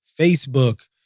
Facebook